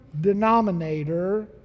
denominator